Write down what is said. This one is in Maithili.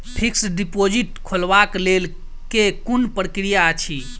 फिक्स्ड डिपोजिट खोलबाक लेल केँ कुन प्रक्रिया अछि?